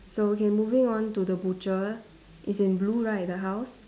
so okay moving on to the butcher it's in blue right the house